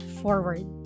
forward